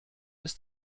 ist